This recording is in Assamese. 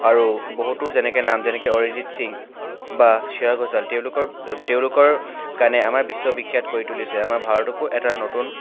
আৰু বহুতো যেনেকৈ নাম যেনেকৈ অৰিজিত সিং বা শ্ৰেয়া ঘোষাল তেওঁলোকৰ তেওঁলোকৰ গানে আমাৰ বিশ্ববিখ্যাত কৰি তুলিছে আমাৰ ভাৰতকো এটা নতুন